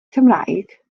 cymraeg